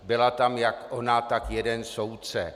Byla tam jak ona, tak jeden soudce.